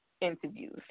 interviews